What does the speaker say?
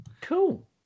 Cool